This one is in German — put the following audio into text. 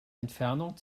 entfernung